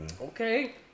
Okay